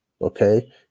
okay